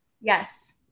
Yes